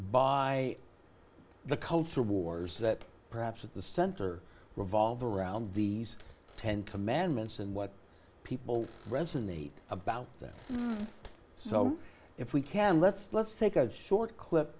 by the culture wars that perhaps at the center revolve around these ten commandments and what people resonate about that so if we can let's let's take a short clip